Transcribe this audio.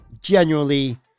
Genuinely